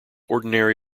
ordinary